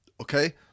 Okay